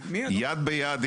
וכידוע,